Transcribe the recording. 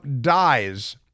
dies